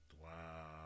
Wow